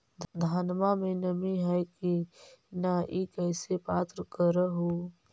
धनमा मे नमी है की न ई कैसे पात्र कर हू?